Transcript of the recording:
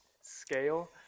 scale